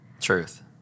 Truth